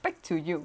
back to you